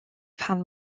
pan